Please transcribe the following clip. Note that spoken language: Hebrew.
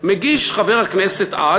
מגיש חבר הכנסת אז,